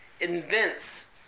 invents